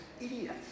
idiots